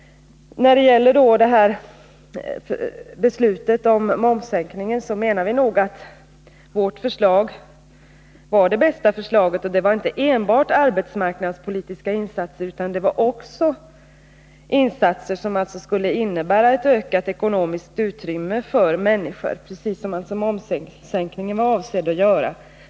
När det gäller beslutet om momssänkningen menar vi nog att vårt förslag var det bästa förslaget. Det gällde inte enbart arbetsmarknadspolitiska insatser utan också insatser som skulle ge ett ökat ekonomiskt utrymme för människor — precis som momssänkningen var avsedd att göra.